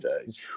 days